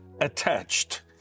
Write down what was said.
attached